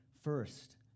First